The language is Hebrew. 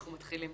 אנחנו מתחילים.